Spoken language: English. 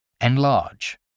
enlarge